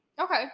Okay